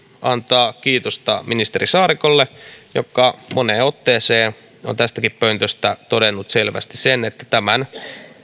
antaa kiitosta ministeri saarikolle joka moneen otteeseen on tästäkin pöntöstä todennut selvästi sen että tämän